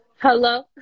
Hello